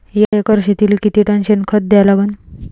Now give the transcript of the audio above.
एका एकर शेतीले किती टन शेन खत द्या लागन?